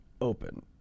Open